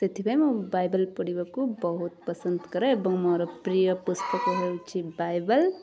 ସେଥିପାଇଁ ମୁଁ ବାଇବେଲ୍ ପଢ଼ିବାକୁ ବହୁତ ପସନ୍ଦ କରେ ଏବଂ ମୋର ପ୍ରିୟ ପୁସ୍ତକ ହେଉଛି ବାଇବେଲ୍